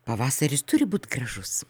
pavasaris turi būt gražus